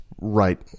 right